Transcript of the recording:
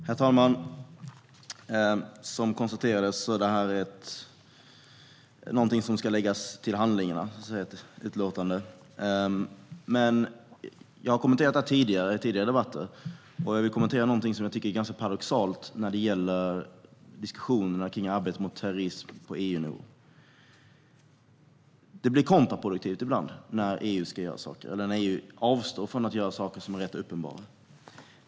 Herr talman! Som vi tidigare har konstaterat är detta ett utlåtande som ska läggas till handlingarna. Jag har dock kommenterat detta i tidigare debatter, och jag vill nu kommentera något som jag tycker är ganska paradoxalt i diskussionerna om arbetet mot terrorism på EU-nivå. Det blir ibland kontraproduktivt när EU ska göra saker eller när EU avstår från att göra saker som är rätt uppenbara.